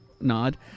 nod